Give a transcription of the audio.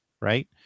right